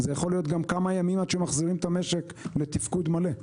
זה יכול להיות גם כמה ימים עד שמחזירים את המשק לתפקוד מלא.